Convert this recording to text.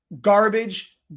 Garbage